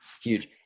huge